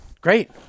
Great